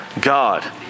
God